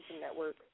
Network